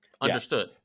Understood